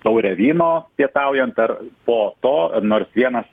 taurę vyno pietaujant ar po to nors vienas